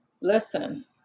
listen